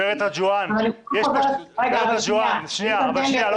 גברת רג'ואן, שימי לב